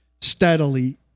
steadily